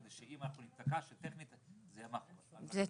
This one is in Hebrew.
כדי שאם אנחנו ניתקע זה --- טכנית.